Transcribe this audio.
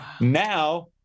Now